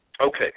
Okay